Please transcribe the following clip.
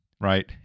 right